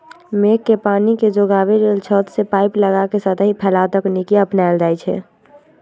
मेघ के पानी के जोगाबे लेल छत से पाइप लगा के सतही फैलाव तकनीकी अपनायल जाई छै